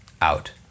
out